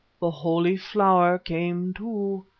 the holy flower came too,